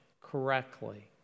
correctly